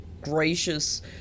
gracious